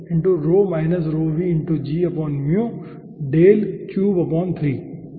तो ठीक है